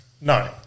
No